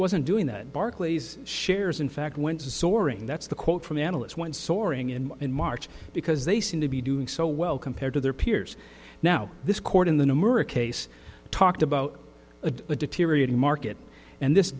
wasn't doing that barclays shares in fact went to soaring that's the quote from analysts when soaring in in march because they seem to be doing so well compared to their peers now this court in the new murray case talked about a deteriorating market and this